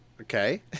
Okay